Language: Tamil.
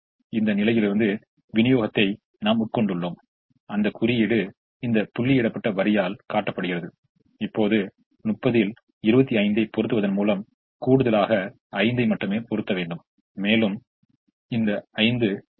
எனவே இந்த நிலையில் இருந்து ஆரம்பம் செய்கிறோம் இங்கே 1 ஐ பொறுத்துகிறோம் எனவே இது 1 ஆகிறது இது 1 ஆகிறது மேலும் இது 1 ஆகிறது